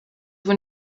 vous